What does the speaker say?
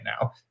now